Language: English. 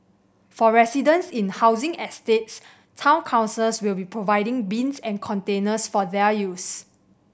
for residents in housing estates town councils will be providing bins and containers for their use